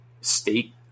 state